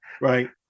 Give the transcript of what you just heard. Right